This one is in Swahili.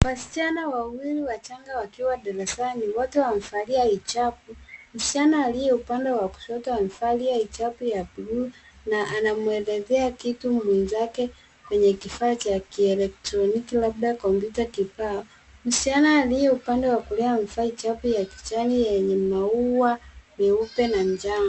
Wasichana wawili wachanga wakiwa darasani. Wote wamevalia hijabu. Msichana aliye upande wa kushoto amevalia hijabu ya buluu na anamwelezea kitu mwenzake mwenye kifaa cha kielektroniki, labda kompyuta kibao. Msichana aliye upande wa kulia amevaa hijabu ya kijani yenye maua meupe na njano.